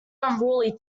unruly